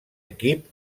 equip